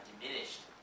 diminished